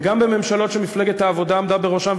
וגם בממשלות שמפלגת העבודה עמדה בראשן,